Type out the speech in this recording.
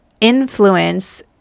influence